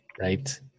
right